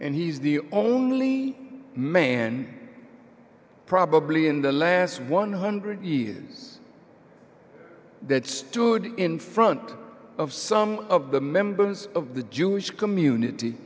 and he's the only man probably in the last one hundred years that stood in front of some of the members of the jewish community